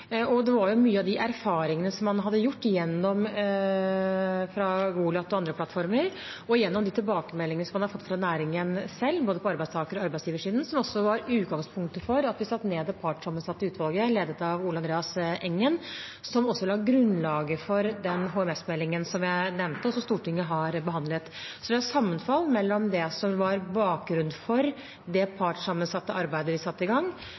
Det var mye de erfaringene man hadde fått fra Goliat og andre plattformer, og de tilbakemeldinger man har fått fra næringen selv, både på arbeidstakersiden og arbeidsgiversiden, som var utgangspunktet for at vi satte ned det partssammensatte utvalget, ledet av Ole Andreas Engen, som også la grunnlaget for den HMS-meldingen som jeg nevnte, og som Stortinget har behandlet. Så vi har sammenfall mellom det som var bakgrunnen for det partssammensatte arbeidet vi satte i gang,